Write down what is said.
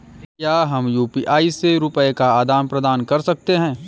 क्या हम यू.पी.आई से रुपये का आदान प्रदान कर सकते हैं?